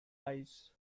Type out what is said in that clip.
eyes